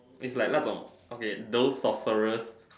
it's like 那种 okay those sorceress